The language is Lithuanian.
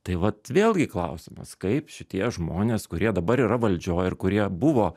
tai vat vėlgi klausimas kaip šitie žmonės kurie dabar yra valdžioj ir kurie buvo